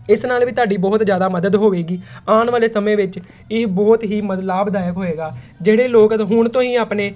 ਇਸ ਨਾਲ ਵੀ ਤੁਹਾਡੀ ਬਹੁਤ ਜ਼ਿਆਦਾ ਮਦਦ ਹੋਵੇਗੀ ਆਉਣ ਵਾਲੇ ਸਮੇਂ ਵਿੱਚ ਇਹ ਬਹੁਤ ਹੀ ਲਾਭਦਾਇਕ ਹੋਏਗਾ ਜਿਹੜੇ ਲੋਕ ਹੁਣ ਤੋਂ ਹੀ ਆਪਣੇ